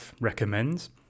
recommends